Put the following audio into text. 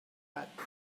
gat